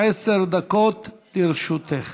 עשר דקות לרשותך.